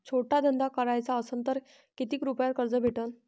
छोटा धंदा कराचा असन तर किती रुप्यावर कर्ज भेटन?